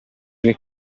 due